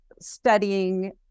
studying